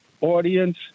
audience